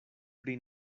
pri